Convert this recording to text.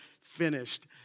finished